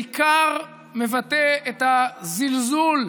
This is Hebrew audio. בעיקר מבטא את הזלזול,